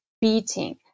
beating